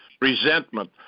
resentment